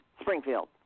Springfield